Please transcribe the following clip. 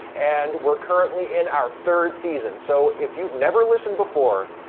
and we're currently in our third season! so if you've never listened before,